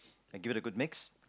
I give it a good mix